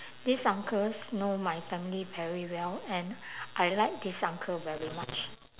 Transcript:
this uncles know my family very well and I like this uncle very much